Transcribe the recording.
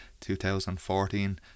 2014